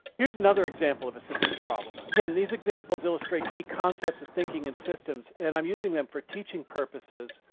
here's another example of a systems problem. again, these examples illustrate key concepts of thinking in systems and i'm using them for teaching purposes.